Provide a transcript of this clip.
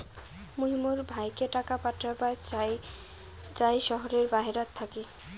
মুই মোর ভাইকে টাকা পাঠাবার চাই য়ায় শহরের বাহেরাত থাকি